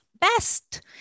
best